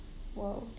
!wow!